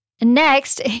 Next